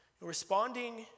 Responding